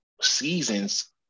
seasons